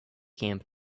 camp